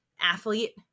athlete